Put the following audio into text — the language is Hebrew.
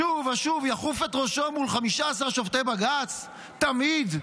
שוב ושוב יכוף את ראשו מול 15 שופטי בג"ץ תמיד?